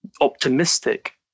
optimistic